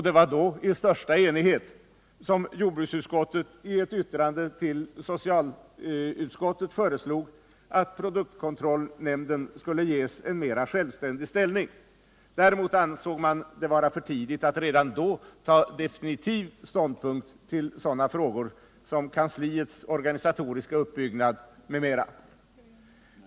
Det var då i största enighet som jordbruksutskottet i ett yttrande till socialutskottet föreslog att produktkontrollnämnden skulle ges en mera självständig ställning. Däremot ansåg utskottet att det var för tidigt att redan då ta definitiv ståndpunkt till sådana frågor som kansliets organisatoriska uppbyggnad m.m.